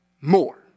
more